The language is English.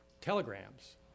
telegrams